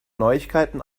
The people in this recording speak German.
neuigkeiten